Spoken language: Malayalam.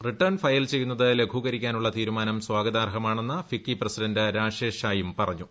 റിട്ടേൺ ഫയൽ ചെയ്യുന്നത് ലഘൂകരിക്കാനുള്ള തീരുമാനം സ്വാഗതാർഹമാണെന്ന് ഫിക്കി പ്രസിഡന്റ് രാഷേഷ് ഷായും പറഞ്ഞു